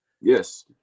Yes